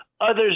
Others